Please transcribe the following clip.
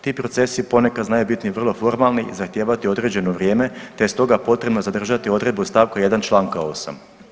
Ti procesi ponekad znaju biti vrlo formalni i zahtijevati određeno vrijeme te je stoga potrebno zadržati odredbu st. 1. čl. 8.